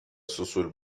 سوسول